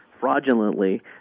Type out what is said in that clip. fraudulently